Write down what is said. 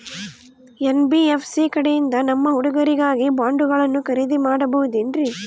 NBFC ಕಡೆಯಿಂದ ನಮ್ಮ ಹುಡುಗರಿಗಾಗಿ ಬಾಂಡುಗಳನ್ನ ಖರೇದಿ ಮಾಡಬಹುದೇನ್ರಿ?